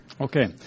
Okay